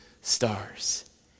stars